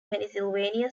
pennsylvania